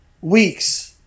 weeks